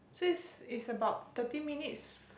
so it's it's about thirty minutes